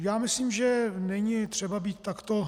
Já myslím, že není třeba být takto hrrr.